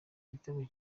igitego